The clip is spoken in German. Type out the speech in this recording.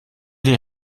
dir